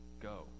go